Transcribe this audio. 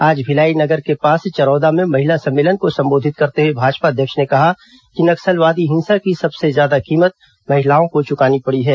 आज भिलाई नगर के पास चरौदा में महिला सम्मेलन को संबोधित करते हुए भाजपा अध्यक्ष ने कहा कि नक्सलवादी हिंसा की सबसे ज्यादा कीमत महिलाओं को चुकानी पड़ी है